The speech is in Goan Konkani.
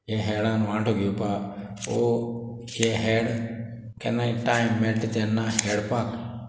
हे हेळान वांटो घेवपाक सो हे हेळ केन्नाय टायम मेळटा तेन्ना हेडपाक